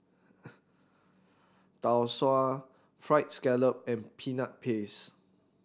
Tau Suan Fried Scallop and Peanut Paste